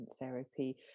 therapy